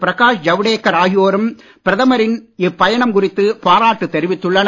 பிரகாஷ் ஜவுடேகர் ஆகியோரும் பிரதமரின் இப்பயணம் குறித்து பாராட்டு தெரிவித்துள்ளனர்